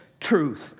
truth